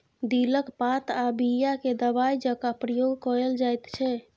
दिलक पात आ बीया केँ दबाइ जकाँ प्रयोग कएल जाइत छै